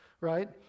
right